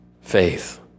faith